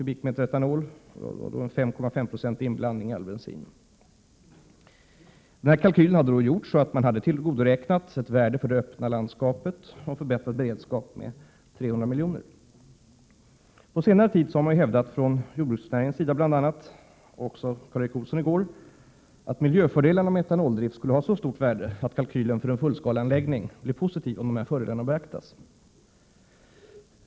etanol och med en 5,5-procentig inblandning i all bensin. Denna kalkyl hade då gjorts så att ett värde för det öppna landskapet och för en förbättrad beredskap hade tillgodoräknats med 300 milj.kr. På senare tid har man från bl.a. jordbruksnäringens sida hävdat, vilket även Karl Erik Olsson gjorde i går, att miljöfördelarna med etanoldrift skulle ge ett så stort värde att kalkylen för en fullskaleanläggning skulle bli positiv om dessa fördelar beaktades.